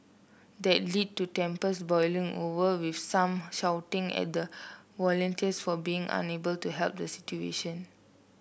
that lead to tempers boiling over with some shouting at the volunteers for being unable to help the situation